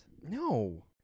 No